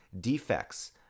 defects